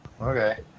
Okay